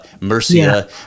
Mercia